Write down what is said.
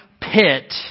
pit